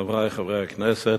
חברי חברי הכנסת,